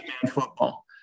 football